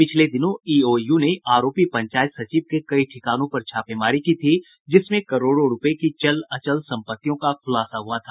पिछले दिनों ईओयू ने आरोपी पंचायत सचिव के कई ठिकानों पर छापेमारी की थी जिसमें करोड़ों रूपये की चल अचल सम्पत्तियों का खुलासा हुआ था